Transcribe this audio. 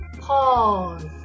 Pause